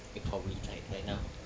it probably died by now